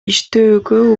иштөөгө